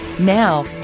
Now